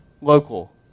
local